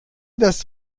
das